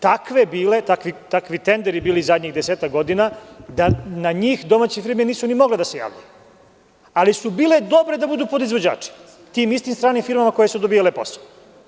Takvi su tenderi bili zadnjih desetak godina da na njih domaće firme nisu ni mogle da se javljaju, ali su bile dobre da budu podizvođači tim istim stranim firmama koje su dobijale posao.